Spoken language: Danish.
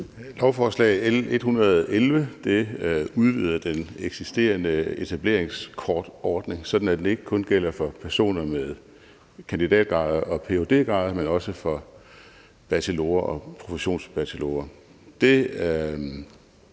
Lovforslag L 111 udvider den eksisterende etableringskortordning, sådan at den ikke kun gælder for personer med en kandidatgrad og ph.d-grad, men også for bachelorer og professionsbachelorer.